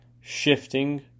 shifting